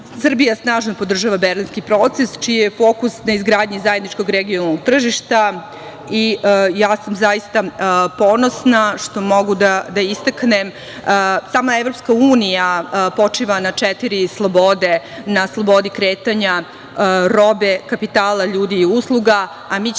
rasta. Srbija snažno podržava Berlinski proces čiji je fokus na izgradnji zajedničkog regionalnog tržišta i ja sam zaista ponosna što mogu da istaknem sama EU počiva na četiri slobode, na slobodi kretanja robe, kapitala, ljudi i usluga, a mi ćemo